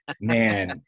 Man